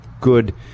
good